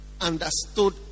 understood